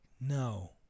no